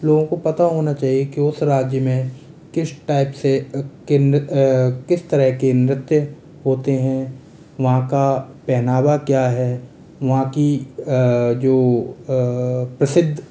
लोगों को पता होना चाहिए कि उस राज्य में किस टाइप से किस तरह के नृत्य होते हैं वहाँ का पहनावा क्या है वहाँ की जो प्रसिद्ध